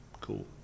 cool